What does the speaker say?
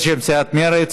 בשם סיעת מרצ,